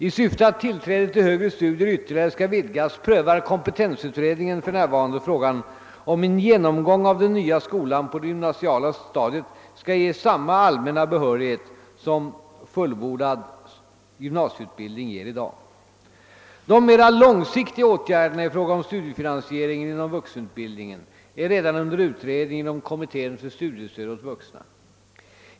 I syfte att tillträdet till högre studier ytterligare skall vidgas prövar kompetensutredningen f.n. frågan, om genomgång av den nya skolan på det gymnasiala stadiet skall ge samma allmänna behörighet som fullbordad gymnasieutbildning ger i dag. De mera långsiktiga åtgärderna i fråga om studiefinansieringen inom vuxenutbildningen är redan under utredning inom kommittén för studiestöd åt vuxna.